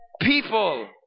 people